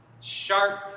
sharp